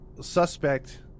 suspect